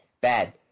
bad